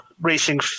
racing